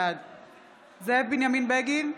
בעד זאב בנימין בגין,